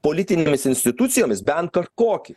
politinėmis institucijomis bent kažkokį